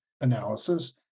analysis